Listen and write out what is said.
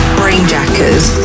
brainjackers